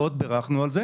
מאוד בירכנו על זה